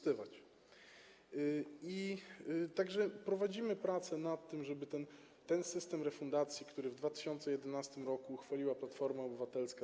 Tak że prowadzimy prace nad tym, żeby zmienić system refundacji, który w 2011 r. uchwaliła Platforma Obywatelska.